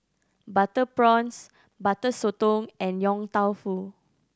butter prawns Butter Sotong and Yong Tau Foo